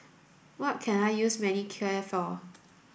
what can I use Manicare for